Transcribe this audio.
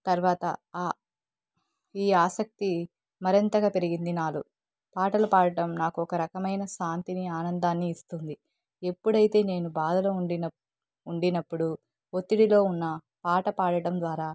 తర్వాత ఆ ఈ ఆసక్తి మరింతగా పెరిగిందినాాలో పాటలు పాడటం నాకు ఒక రకమైన శాంతిని ఆనందాన్ని ఇస్తుంది ఎప్పుడైతే నేను బాధలో ఉండిన ఉండినప్పుడు ఒత్తిడిలో ఉన్న పాట పాడటం ద్వారా